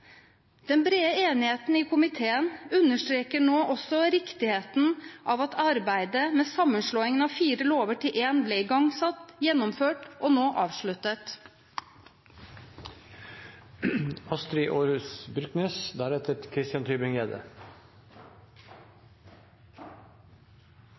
Den brede enigheten i komiteen understreker nå også riktigheten av at arbeidet med sammenslåingen av fire lover til én ble igangsatt, gjennomført og nå avsluttet.